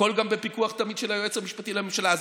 תמיד הכול גם בפיקוח של היועץ המשפטי לממשלה.